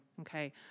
Okay